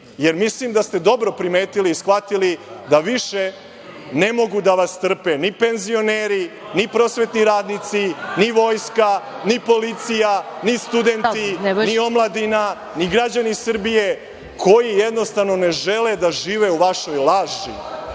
jer mislim da ste dobro primetili i shvatili da više ne mogu da vas trpe ni penzioneri, ni prosvetni radnici, ni vojska, ni policija, ni studenti, ni omladina, ni građani Srbije, koji jednostavno ne žele da žive u vašoj laži.